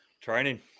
training